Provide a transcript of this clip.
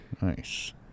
Nice